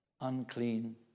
Unclean